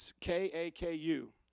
K-A-K-U